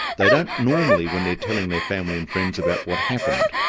they don't normally, when they're telling their family and friends about what happened,